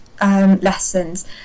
Lessons